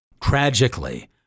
Tragically